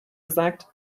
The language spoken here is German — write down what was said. gesagt